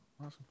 awesome